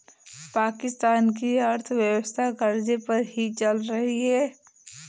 पाकिस्तान की अर्थव्यवस्था कर्ज़े पर ही चल रही है